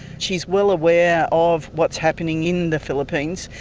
she is well aware of what is happening in the philippines.